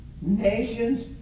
nations